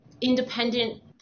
independent